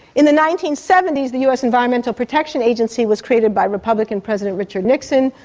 in the nineteen seventy s the us environmental protection agency was created by republican president richard nixon,